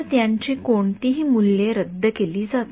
तर त्यांची कोणतीही मूल्ये रद्द केली जातात